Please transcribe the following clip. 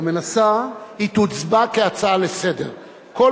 היא תוצבע כהצעה לסדר-היום.